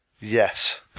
Yes